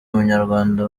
umunyarwanda